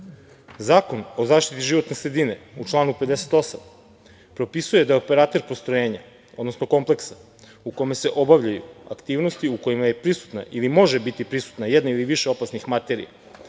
EU.Zakon o zaštiti životne sredine u članu 58. propisuje da operater postrojenja, odnosno kompleksa u kome se obavljaju aktivnosti u kojima je prisutna ili može biti prisutna jedna ili više opasnih materija